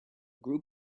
group